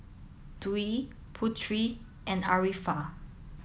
Dwi Putri and Arifa